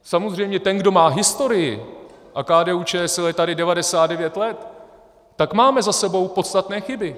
Samozřejmě ten, kdo má historii, a KDUČSL je tady 99 let, tak máme za sebou podstatné chyby.